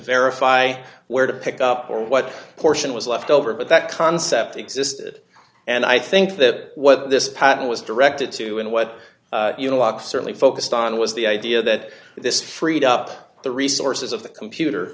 verify where to pick up or what portion was left over but that concept existed and i think that what this patent was directed to and what uniloc certainly focused on was the idea that this freed up the resources of the computer